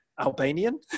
Albanian